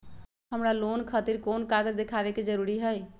हमरा लोन खतिर कोन कागज दिखावे के जरूरी हई?